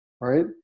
Right